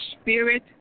spirit